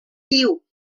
viu